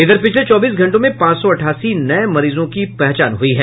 इधर पिछले चौबीस घंटों में पांच सौ अठासी नये मरीजों की पहचान हुई है